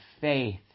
faith